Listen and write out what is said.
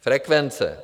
Frekvence.